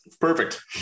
Perfect